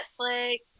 netflix